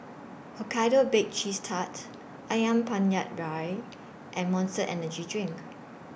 Hokkaido Baked Cheese Tart Ayam Penyet Ria and Monster Energy Drink